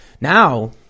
Now